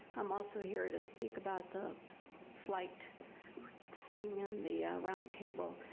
i'm also here to speak about the flight thing and the roundtable.